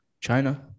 China